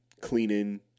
Cleaning